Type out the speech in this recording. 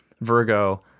Virgo